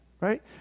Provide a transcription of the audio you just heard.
right